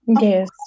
Yes